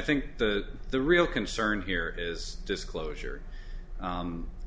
think that the real concern here is disclosure